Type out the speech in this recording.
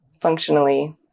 functionally